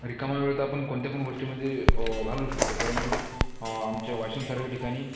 रिकामा वेळ तर आपण कोणत्या पण गोष्टीमध्ये घालवू शकतो परंतु आमच्या वाशिमसारख्या ठिकाणी